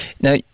Now